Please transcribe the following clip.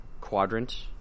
quadrant